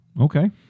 Okay